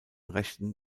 rechten